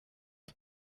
ist